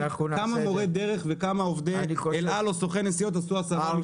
כמה מורי דרך וכמה עובדי אל-על או סוכני נסיעות עשו הסבה מקצועית.